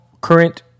current